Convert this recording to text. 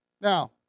Now